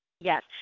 Yes